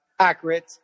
accurate